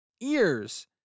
ears